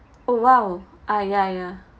oh !wow! ah ya ya